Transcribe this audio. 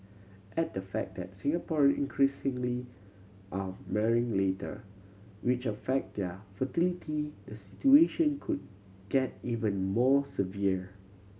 add the fact that Singaporean increasingly are marrying later which affect their fertility the situation could get even more severe